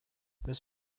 this